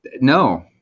No